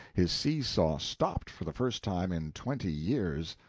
his seesaw stopped for the first time in twenty years.